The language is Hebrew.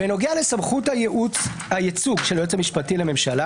בניגוד לסמכות הייעוץ הייצוג של היועץ המשפטי לממשלה